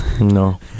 No